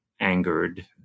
angered